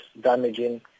damaging